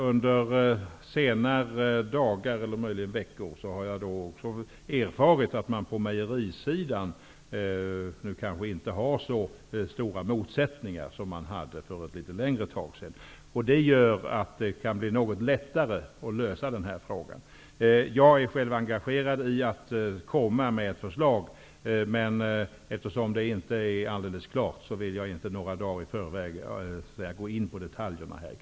Under senare tid har jag också erfarit att man inte har så stora motsättningar på mejerisidan nu som man hade tidigare. Det gör att det kan bli något lättare att lösa frågan. Jag är själv engagerad i detta och vill komma med ett förslag, men då förslaget inte är helt klart vill jag inte gå in i detaljerna här i kammaren några dagar i förväg.